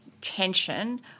tension